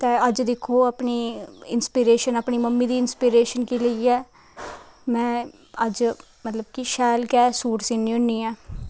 ते अज्ज दिक्खो अपनी इंस्पिरिशन अपनी मम्मी दी इंस्पिरिशन गी लेइयै में अज्ज मतलब कि शैल गै सूट सीनी होन्नी आं